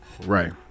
right